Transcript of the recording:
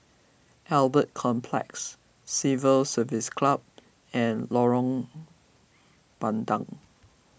Albert Complex Civil Service Club and Lorong Bandang